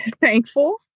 thankful